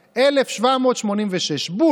בכנסת, אני